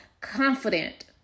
confident